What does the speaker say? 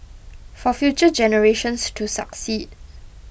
for future generations to succeed